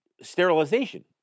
sterilization